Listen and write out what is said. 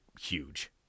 huge